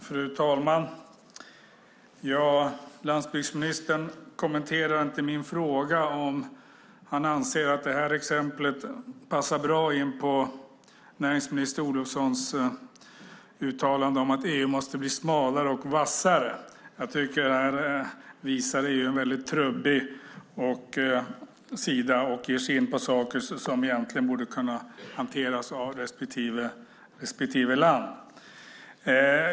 Fru talman! Landsbygdsministern kommenterade inte min fråga om han anser att exemplet här passar bra in på näringsminister Olofssons uttalande om att EU måste bli smalare och vassare. Jag tycker att EU visar en väldigt trubbig sida och att EU ger sig in på sådant som egentligen borde kunna hanteras av respektive land.